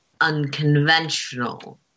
unconventional